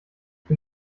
bin